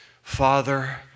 Father